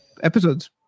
episodes